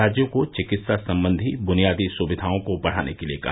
राज्यों को चिकित्सा सम्बन्धी बुनियादी सुविधाओं को बढ़ाने के लिये कहा